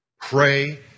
pray